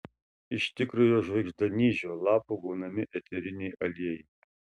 iš tikrojo žvaigždanyžio lapų gaunami eteriniai aliejai